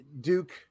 Duke